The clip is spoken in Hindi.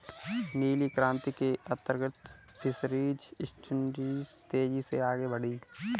नीली क्रांति के अंतर्गत फिशरीज इंडस्ट्री तेजी से आगे बढ़ी